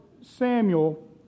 Samuel